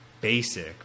basic